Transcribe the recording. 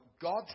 God